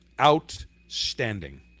Outstanding